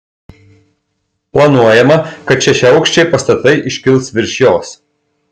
planuojama kad šešiaaukščiai pastatai iškils virš jos